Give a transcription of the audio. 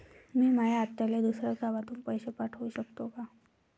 मी माया आत्याले दुसऱ्या गावातून पैसे पाठू शकतो का?